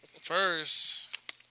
First